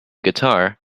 guitar